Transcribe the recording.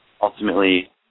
ultimately